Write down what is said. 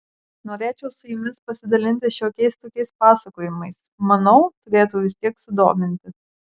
norėčiau su jumis pasidalinti šiokiais tokiais pasakojimais manau turėtų vis tiek sudominti